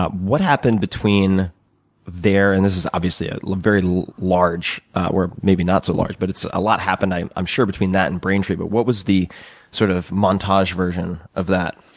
ah what happened between there and this is obviously a very large or maybe not so large, but a lot happened i am sure between that and braintree, but what was the sort of montage version of that?